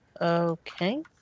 Okay